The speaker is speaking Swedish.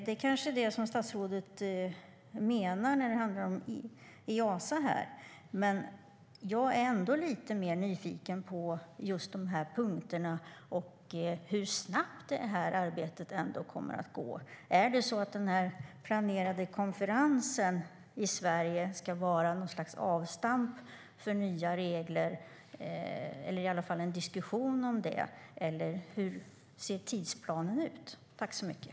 Det är kanske vad statsrådet menar i fråga om Easa, men jag är ändå nyfiken på hur snabbt arbetet kommer att gå. Ska den planerade konferensen i Sverige vara något slags avstamp för en diskussion om nya regler? Hur ser tidsplanen ut?